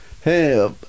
hey